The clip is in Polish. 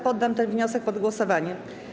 Poddam ten wniosek pod głosowanie.